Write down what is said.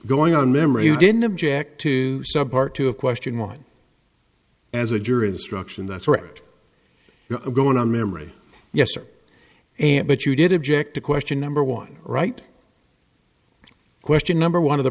going on memory you didn't object to sub part two of question one as a juror instruction that's right you're going on memory yes sir and but you did object to question number one right question number one of the